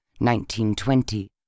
1920